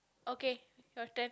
okay your turn